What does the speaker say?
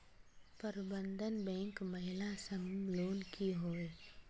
प्रबंधन बैंक महिला समूह लोन की होय?